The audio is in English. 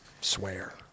swear